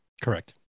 Correct